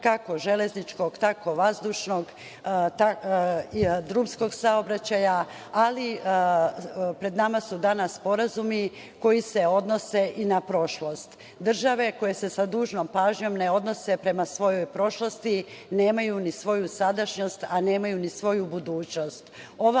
kako železničkog, tako vazdušnog i drumskog saobraćaja, ali pred nama su danas sporazumi koji se odnose i na prošlost. Države koje se sa dužnom pažnjom ne odnose prema svojoj prošlosti, nemaju ni svoju sadašnjost, a nemaju ni svoju budućnost. Ova